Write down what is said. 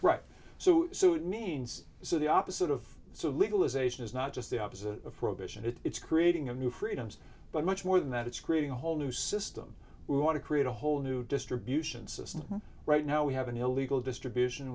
right so so it means so the opposite of so legalization is not just the opposite of prohibition it's creating a new freedoms but much more than that it's creating a whole new system we want to create a whole new distribution system right now we have an illegal distribution